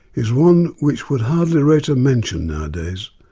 is one which would hardly rate a mention nowadays.